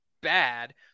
bad